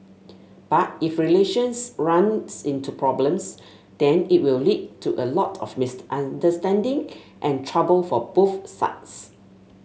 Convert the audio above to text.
but if relations runs into problems then it will lead to a lot of misunderstanding and trouble for both sides